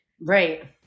Right